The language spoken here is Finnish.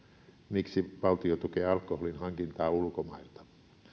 miksi valtio tukee alkoholin hankintaa ulkomailta